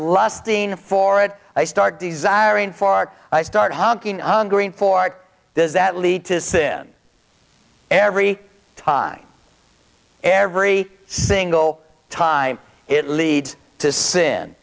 lusting for it i start desiring for i start hunting on green for art does that lead to sin every time every single time it leads to sin